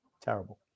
terrible